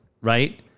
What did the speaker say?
right